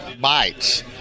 bites